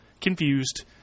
confused